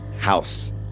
house